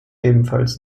ebenfalls